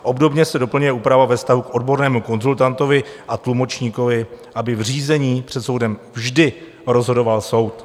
Obdobně se doplňuje úprava ve vztahu k odbornému konzultantovi a tlumočníkovi, aby v řízení před soudem vždy rozhodoval soud.